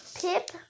Pip